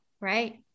right